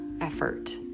effort